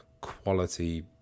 quality